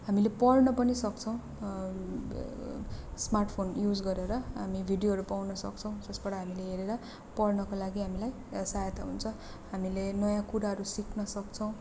हामीले पढ्न पनि सक्छौँ स्मार्ट फोन युज गरेर हामी भिडियोहरू पाउन सक्छौँ त्यसबाट हामीले हेरेर पढ्नका लागि हामीलाई साहयता हुन्छ हामीले नयाँ कुराहरू सिक्न सक्छौँ